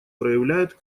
проявляет